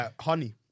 Honey